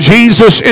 Jesus